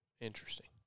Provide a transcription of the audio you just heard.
interesting